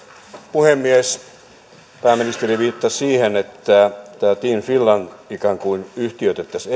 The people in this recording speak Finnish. puhemies pääministeri viittasi siihen että tämä team finland ikään kuin yhtiöitettäisiin